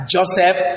Joseph